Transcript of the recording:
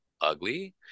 ugly